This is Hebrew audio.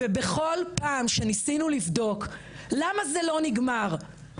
ובכל פעם שניסינו לבדוק למה זה לא נגמר,